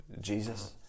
Jesus